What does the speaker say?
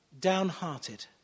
Downhearted